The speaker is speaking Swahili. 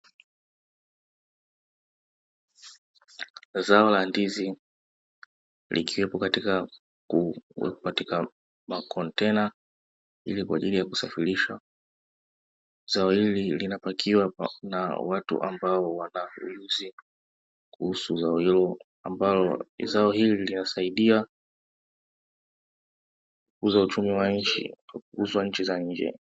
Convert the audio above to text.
Zao la ndizi, likiwepo katika makontena kwa ajili ya kusafirishwa. Zao hili linalapakiwa na watu ambao wanaujuzi kuhusu zao hilo, ambalo linasaidia kukuza uchumi wa nchi kwa kuuzwa nchi za nje.